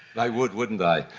they would, wouldn't they.